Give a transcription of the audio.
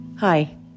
Hi